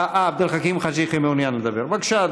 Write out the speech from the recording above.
אני רוצה.